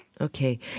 Okay